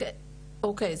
אוקיי,